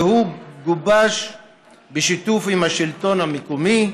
והוא גובש בשיתוף עם השלטון המקומי,